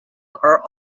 are